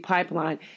Pipeline